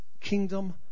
kingdom